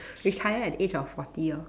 retire at the age of forty lor